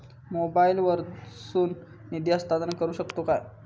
मोबाईला वर्सून निधी हस्तांतरण करू शकतो काय?